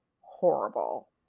horrible